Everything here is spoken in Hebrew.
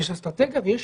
יש אסטרטגיה ויש